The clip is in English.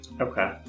Okay